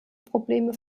probleme